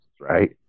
right